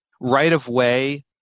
right-of-way